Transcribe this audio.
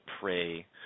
pray